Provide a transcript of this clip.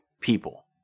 people